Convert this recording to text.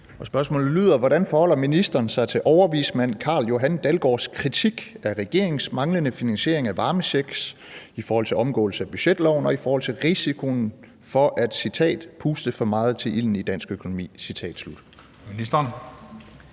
Hvordan forholder ministeren sig til overvismand Carl-Johan Dalgaards kritik af regeringens manglende finansiering af varmechecks i forhold til omgåelse af budgetloven og i forhold til risikoen for at puste for meget til ilden i dansk økonomi?